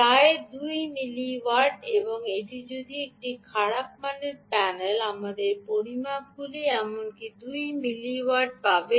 প্রায় 2 মিলিওয়াট এবং যদি এটি একটি খারাপ মানের প্যানেল আমাদের পরিমাপগুলি এমনকি 2 মিলি ওয়াট পাবেন